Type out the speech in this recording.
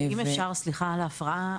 אם אפשר סליחה על ההפרעה,